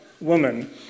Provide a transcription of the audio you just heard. woman